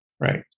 Right